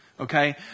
Okay